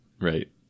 right